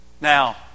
Now